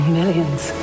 millions